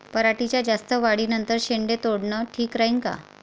पराटीच्या जास्त वाढी नंतर शेंडे तोडनं ठीक राहीन का?